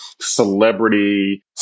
celebrity